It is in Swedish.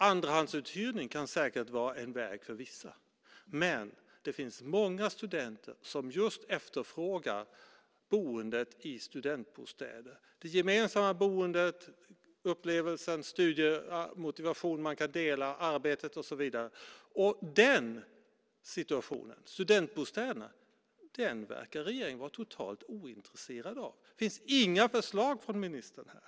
Andrahandsuthyrning kan säkert vara en väg för vissa, men det finns många studenter som efterfrågar boende i studentbostäder. Det handlar om upplevelsen av det gemensamma boendet, studiemotivation, att man kan dela arbetet och så vidare. Regeringen verkar totalt ointresserad av situationen när det gäller studentbostäderna. Det finns inga förslag från ministern här.